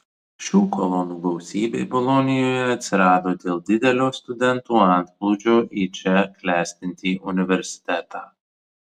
šių kolonų gausybė bolonijoje atsirado dėl didelio studentų antplūdžio į čia klestinti universitetą